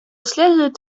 следует